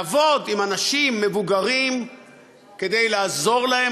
לעבוד עם אנשים מבוגרים כדי לעזור להם